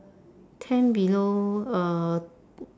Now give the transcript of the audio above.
tent below uh